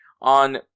On